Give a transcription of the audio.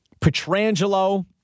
Petrangelo